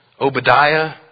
Obadiah